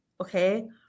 okay